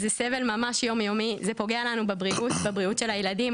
זה פוגע לנו בבריאות, בבריאות של הילדים.